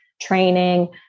training